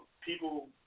People